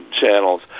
channels